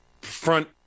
front